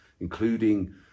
including